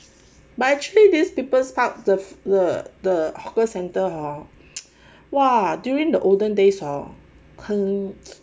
but actually this people's park the food the the hawker centre hor !wah! during the olden days hor 很